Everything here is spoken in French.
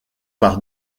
par